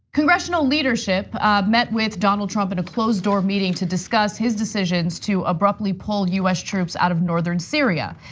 congressional leadership met with donald trump in a closed door meeting to discuss his decisions to abruptly pull us troops out of north syria.